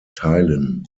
teilen